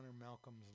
Malcolm's